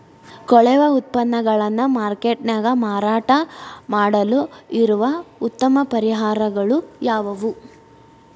ಕೊಳೆವ ಉತ್ಪನ್ನಗಳನ್ನ ಮಾರ್ಕೇಟ್ ನ್ಯಾಗ ಮಾರಾಟ ಮಾಡಲು ಇರುವ ಉತ್ತಮ ಪರಿಹಾರಗಳು ಯಾವವು?